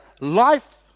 life